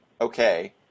okay